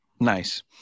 nice